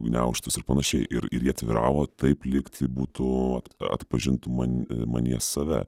gniaužtus ir panašiai ir ir jie atviravo taip lyg tai būtų atpažintų man manyje save